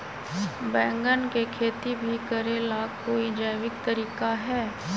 बैंगन के खेती भी करे ला का कोई जैविक तरीका है?